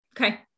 Okay